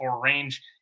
range